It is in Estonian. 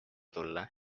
tulla